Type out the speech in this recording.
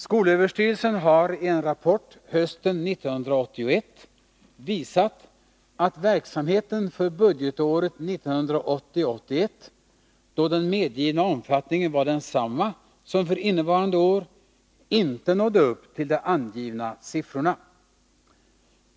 Skolöverstyrelsen har i en rapport hösten 1981 visat att verksamheten för budgetåret 1980/81, då den medgivna omfattningen var densamma som för innevarande år, inte nådde upp till de angivna siffrorna.